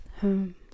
home